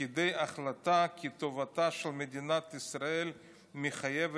לכדי החלטה כי טובתה של מדינת ישראל מחייבת